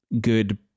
good